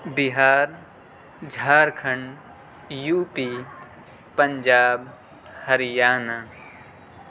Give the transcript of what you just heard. Bihar Jharkhand UP Punjab Haryana